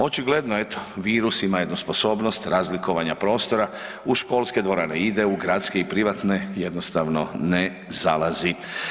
Očigledno eto, virus ima jednu sposobnost razlikovanja prostora, u školske dvorane ide, u gradske i privatne jednostavno ne zalazi.